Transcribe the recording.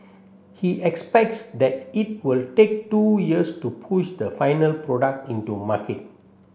he expects that it will take two years to push the final product into market